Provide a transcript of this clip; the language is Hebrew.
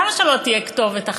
למה שלא תהיה כתובת אחת?